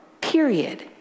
period